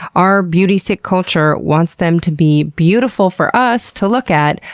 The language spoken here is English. our beauty sick culture wants them to be beautiful for us to look at,